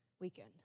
weekend